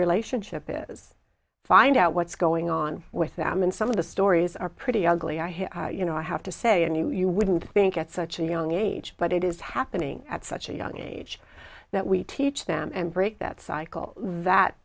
relationship is find out what's going on with them and some of the stories are pretty ugly i hear you know i have to say and you you wouldn't think at such a young age but it is happening at such a young age that we teach them and break that cycle that